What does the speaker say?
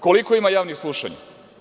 Koliko ima javnih slušanja?